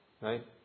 right